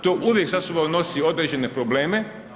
To uvijek sa sobom nosi određene probleme.